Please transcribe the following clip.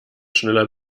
schneller